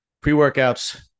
pre-workouts